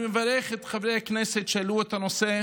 אני מברך את חברי הכנסת שהעלו את הנושא,